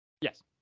Yes